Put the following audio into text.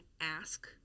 ask